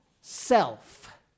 self